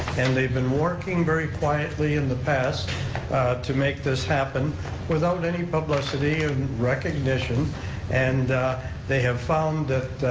and they've been working very quietly in the past to make this happen without any publicity and recognition and they have found that,